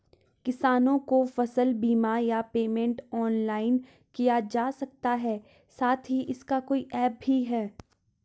किसानों को फसल बीमा या पेमेंट ऑनलाइन किया जा सकता है साथ ही इसका कोई ऐप भी है?